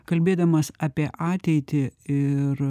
kalbėdamas apie ateitį ir